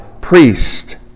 priest